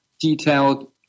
detailed